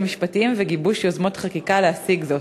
משפטיים וגיבוש יוזמות חקיקה כדי להשיג זאת.